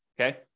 okay